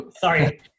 Sorry